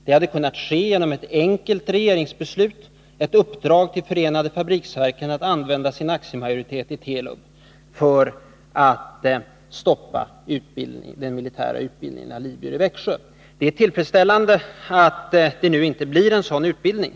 Det hade kunnat ske genom ett enkelt regeringsbeslut, ett uppdrag till förenade fabriksverken att använda sin aktiemajoritet i Telub för att stoppa den militära utbildningen av libyer i Växjö. Det är tillfredsställande att det nu inte blir en sådan utbildning.